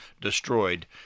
destroyed